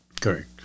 Correct